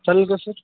चालेल का सर